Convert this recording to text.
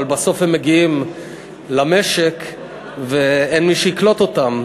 אבל בסוף הם מגיעים למשק ואין מי שיקלוט אותם.